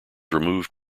removed